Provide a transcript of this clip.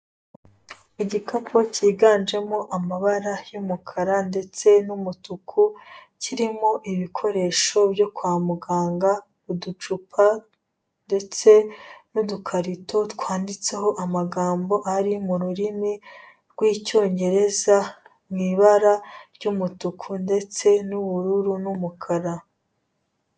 Igikampu kiganjemo amabara y'umweru ndetse n'umutuku, kirimo ibikoresho byo kwa muganga, uducupa ndetse n'udukarito twanditsiho amagambo ari mu rurimi rw'Icyongereza mu ibara ry'umutuku ndetse n'ubururu n'umukara.